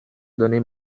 donné